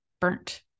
burnt